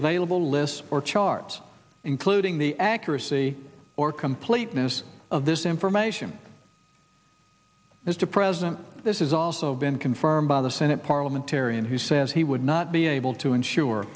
available lists or charts including the accuracy or completeness of this information is to present this is also been confirmed by the senate parliamentarian who says he would not be able to ensure